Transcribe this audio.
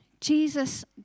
Jesus